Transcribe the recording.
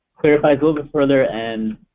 clarifies a little bit further and